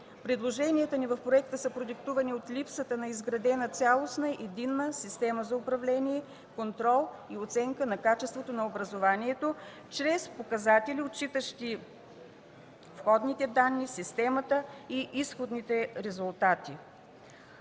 Предложенията ни в проекта са продиктувани от липсата на изградена цялостна, единна система за управление, контрол и оценка на качеството на образованието чрез показатели, отчитащи сходните данни в системата и изходните резултати.